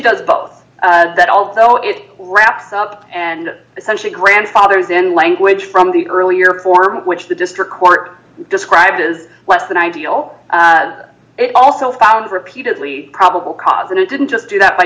does both that although it wraps up and essentially grandfathers in language from the earlier form which the district court described as less than ideal it also found repeatedly probable cause that it didn't just do that by